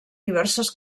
diverses